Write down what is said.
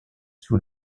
sous